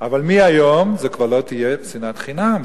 אבל מהיום זו כבר לא תהיה שנאת חינם.